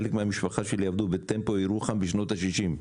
חלק מהמשפחה שלי עבדו בטמפו ירוחם בשנות השישים.